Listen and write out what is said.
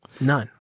none